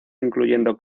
incluyendo